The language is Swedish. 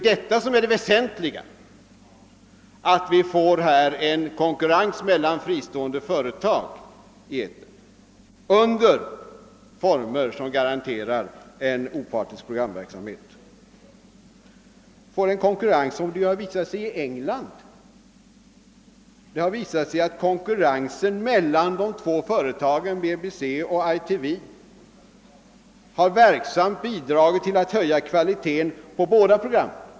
Det väsentliga är att få till stånd en konkurrens mellan fristående företag i etern under former som =<garanterar opartisk programverksamhet. I England har det ju visat sig att konkurrensen mellan de två företagen BBC och ITV verksamt bidragit till att höja kvaliteten på båda programmen.